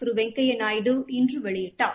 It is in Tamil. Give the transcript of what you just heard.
திரு வெங்யைா நாயுடு இன்று வெளியிட்டார்